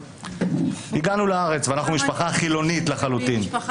הגענו לארץ, ואנחנו משפחה חילונית לחלוטין.